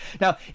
Now